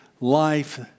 life